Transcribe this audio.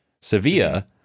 Sevilla